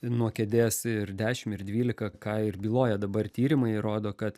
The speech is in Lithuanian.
nuo kėdės ir dešim ir dvylika ką ir byloja dabar tyrimai rodo kad